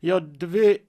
jo dvi